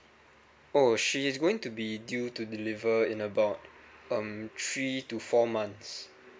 oh she is going to be due to deliver in about um three to four months